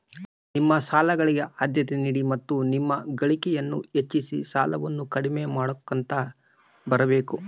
ನಿಮ್ಮ ಸಾಲಗಳಿಗೆ ಆದ್ಯತೆ ನೀಡಿ ಮತ್ತು ನಿಮ್ಮ ಗಳಿಕೆಯನ್ನು ಹೆಚ್ಚಿಸಿ ಸಾಲವನ್ನ ಕಡಿಮೆ ಮಾಡ್ಕೊಂತ ಬರಬೇಕು